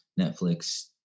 Netflix